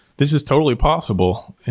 this is totally possible.